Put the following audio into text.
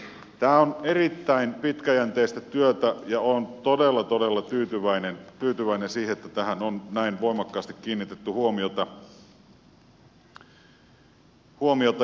tämä on erittäin pitkäjänteistä työtä ja olen todella todella tyytyväinen siihen että tähän on näin voimakkaasti kiinnitetty huomiota